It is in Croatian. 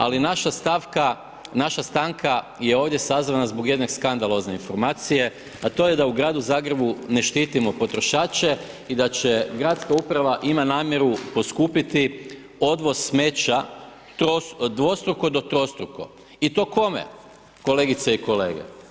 Ali, naša stanka je ovdje sazvana zbog jedne skandalozne informacije, a to je da u Gradu Zagrebu ne štitimo potrošače i da će gradska uprava, ima namjeru poskupiti odvoz smeća dvostruko do trostruko i to kome kolegice i kolege?